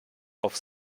auf